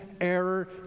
error